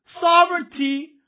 sovereignty